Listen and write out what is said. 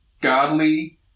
godly